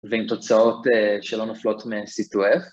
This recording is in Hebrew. ועם תוצאות שלא נופלות מC2F